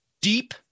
deep